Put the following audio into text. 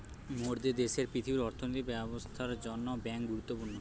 মোরদের দ্যাশের পৃথিবীর অর্থনৈতিক ব্যবস্থার জন্যে বেঙ্ক গুরুত্বপূর্ণ